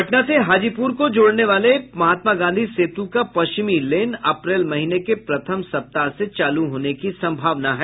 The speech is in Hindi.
पटना से हाजीपुर को जोड़ने वाले महात्मा गांधी सेतु का पश्चिमी लेन अप्रैल महीने के प्रथम सप्ताह से चालू होने की संभावना है